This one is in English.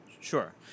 Sure